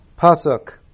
Pasuk